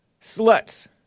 Sluts